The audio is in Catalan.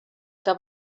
que